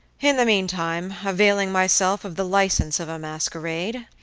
in the meantime, availing myself of the license of a masquerade,